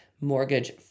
mortgage